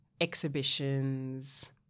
exhibitions